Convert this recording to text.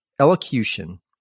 elocution